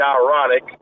ironic